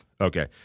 Okay